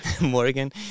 Morgan